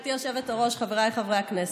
גברתי היושבת-ראש, חבריי חברי הכנסת,